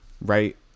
right